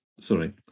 sorry